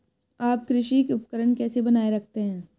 आप कृषि उपकरण कैसे बनाए रखते हैं?